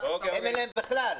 להם אין בכלל.